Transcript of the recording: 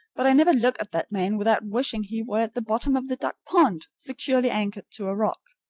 but i never look at that man without wishing he were at the bottom of the duck pond, securely anchored to a rock.